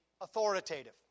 authoritative